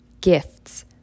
gifts